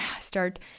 start